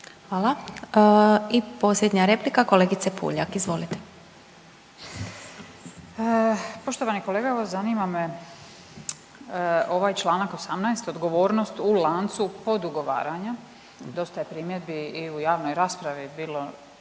Hvala. I posljednja replika kolegice Puljak, izvolite. **Puljak, Marijana (Centar)** Poštovani kolega, evo zanima me ovaj članak 18. odgovornost u lancu podugovaranja. Dosta je primjedbi i u javnoj raspravi bilo